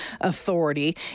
Authority